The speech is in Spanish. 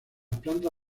planta